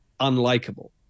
unlikable